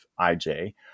IJ